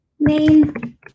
main